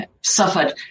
suffered